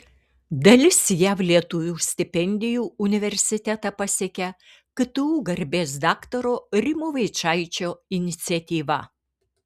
dalis jav lietuvių stipendijų universitetą pasiekia ktu garbės daktaro rimo vaičaičio iniciatyva